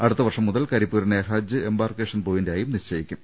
അടുത്ത വർഷം മുതൽ കരിപ്പൂ രിനെ ഹജ്ജ് എംബാർക്കേഷൻ പോയിന്റായും നിശ്ചയിക്കും